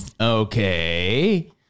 Okay